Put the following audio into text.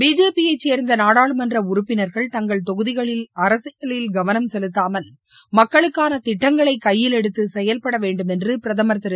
பிஜேபியை சேர்ந்த நாடாளுமன்ற உறுப்பினர்கள் தங்கள் தொகுதிகளில் அரசியலில் கவனம் செலுத்தாமல் மக்களுக்கான திட்டங்களை கையில் எடுத்து செயல்பட வேண்டும் என்று பிரதமா் திரு